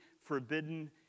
forbidden